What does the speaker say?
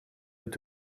het